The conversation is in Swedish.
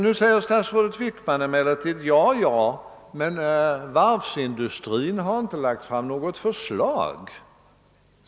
Nu säger emellertid statsrådet Wick man att varvsindustrin inte framlagt något förslag.